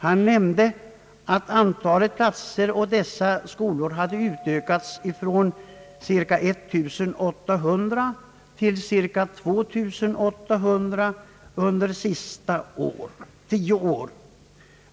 Han nämnde att antalet platser på dessa skolor hade utökats från cirka 1800 till omkring 2 800 under de senaste tio åren.